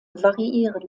variieren